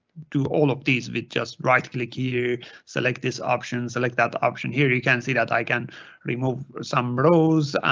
do all of these with just right click here select this option, select that option. here you can see that i can remove some rose,